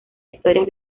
historias